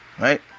Right